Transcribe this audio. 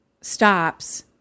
Stops